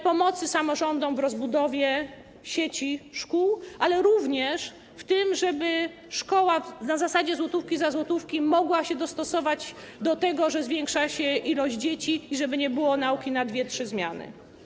Pomoc samorządom w rozbudowie sieci szkół, ale również w tym, żeby szkoła, na zasadzie złotówki za złotówkę, mogła się dostosować do tego, że zwiększa się liczba dzieci, i żeby nie było nauki na dwie, trzy zmiany.